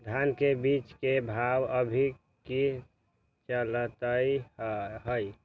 धान के बीज के भाव अभी की चलतई हई?